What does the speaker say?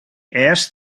asked